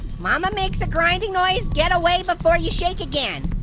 mama makes a grinding noise, get away before you shake again.